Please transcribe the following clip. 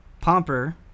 pomper